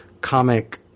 comic